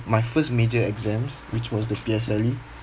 my first major exams which was the P_S_L_E